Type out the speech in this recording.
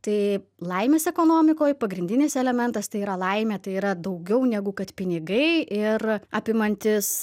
tai laimės ekonomikoj pagrindinis elementas tai yra laimė tai yra daugiau negu kad pinigai ir apimantis